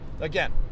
again